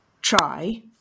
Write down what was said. try